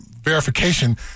verification